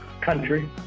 Country